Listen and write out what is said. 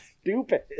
stupid